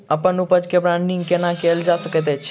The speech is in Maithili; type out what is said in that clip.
अप्पन उपज केँ ब्रांडिंग केना कैल जा सकैत अछि?